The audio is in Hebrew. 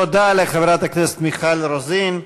תודה לחברת הכנסת מיכל רוזין.